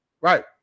Right